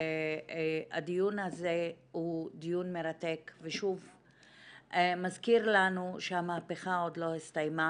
שהדיון הזה הוא דיון מרתק ושוב מזכיר לנו שהמהפכה עוד לא הסתיימה